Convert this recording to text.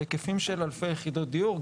בהיקפים של אלפי יחידות דיור.